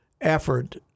effort